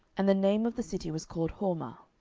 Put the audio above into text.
and the name of the city was called hormah.